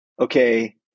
okay